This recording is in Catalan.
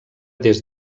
des